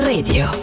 Radio